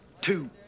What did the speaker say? two